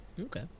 Okay